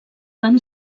van